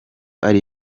ari